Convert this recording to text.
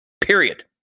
Period